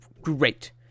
Great